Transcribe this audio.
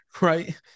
Right